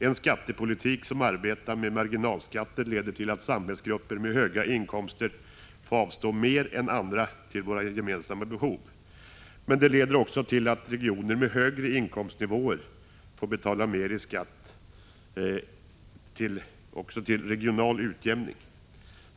En skattepolitik där vi arbetar med marginalskatter leder till att samhällsgrupper med höga inkomster får avstå mer än andra till våra gemensamma behov, men den leder också till att regioner med högre inkomstnivåer får betala mer i statlig skatt, dvs. till regional utjämning.